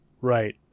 Right